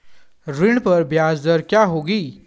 ऋण पर ब्याज दर क्या होगी?